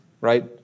right